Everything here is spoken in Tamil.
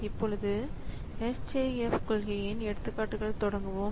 இப்பொழுது SJF கொள்கையின் எடுத்துக்காட்டுடன் தொடங்குவோம்